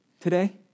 today